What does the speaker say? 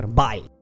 bye